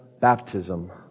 baptism